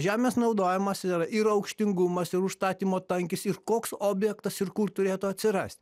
žemės naudojimas yra ir aukštingumas ir užstatymo tankis ir koks objektas ir kur turėtų atsirast